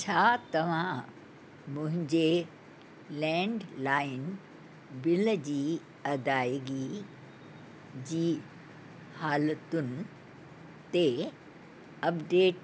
छा तव्हां मुंहिंजे लैंड लाइन बिल जी अदाइगी जी हालतुनि ते अपडेट